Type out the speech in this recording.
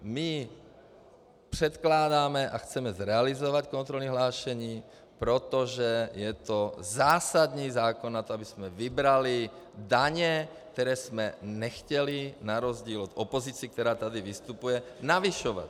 My předkládáme a chceme zrealizovat kontrolní hlášení, protože je to zásadní zákon na to, abychom vybrali daně, které jsme nechtěli na rozdíl od opozice, která tady vystupuje, navyšovat.